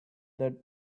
that